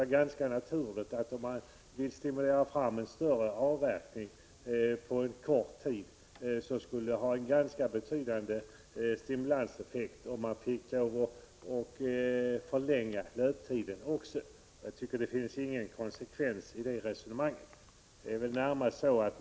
När man på kort tid vill stimulera fram större avverkning tycker jag det skulle vara naturligt att också förlänga löptiden, och det skulle också ha en ganska betydande stimulanseffekt. Det finns alltså ingen konsekvens i socialdemokraternas resonemang.